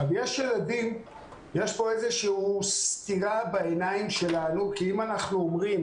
יש פה איזו שהיא סתירה בעיניים שלנו כי אם אנחנו אומרים